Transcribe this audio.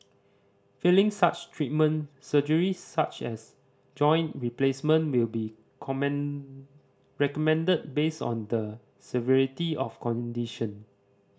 failing such treatment surgery such as joint replacement will be common recommended based on the severity of condition